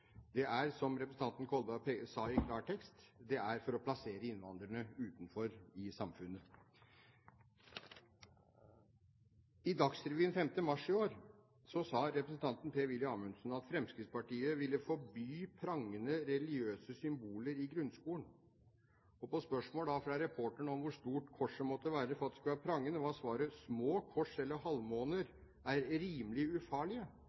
Det er, som representanten Kolberg sa i klartekst, for å plassere innvandrerne utenfor i samfunnet. I Dagsrevyen 5. mars i år sa representanten Per-Willy Amundsen at Fremskrittspartiet ville forby prangende religiøse symboler i grunnskolen. På spørsmål fra reporteren om hvor stort korset måtte være for at det skulle være prangende, var svaret: Små kors eller halvmåner er rimelig ufarlige.